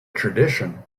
tradition